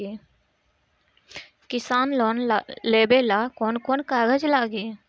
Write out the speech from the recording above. किसान लोन लेबे ला कौन कौन कागज लागि?